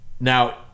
Now